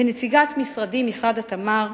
כנציגת משרדי, משרד התמ"ת,